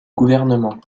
gouvernement